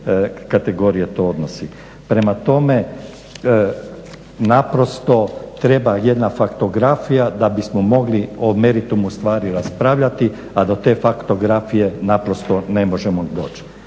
kategorije to odnosi. Prema tome, naprosto treba jedna faktografija da bismo mogli o meritumu stvari raspravljati, a do te faktografije naprosto ne možemo doći.